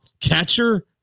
Catcher